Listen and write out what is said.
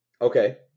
Okay